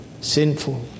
sinful